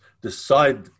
decide